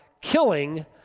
killing